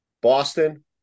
Boston